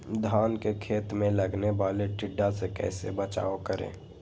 धान के खेत मे लगने वाले टिड्डा से कैसे बचाओ करें?